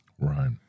Right